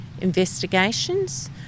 investigations